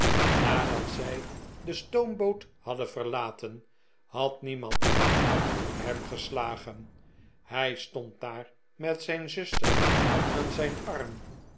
nadat zij de stoomboot hadden verlaten had niemand acht op hem gestagen hii stond daar met zijn zuster aan zijn arm